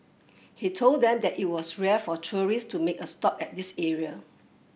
he told them that it was rare for tourists to make a stop at this area